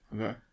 Okay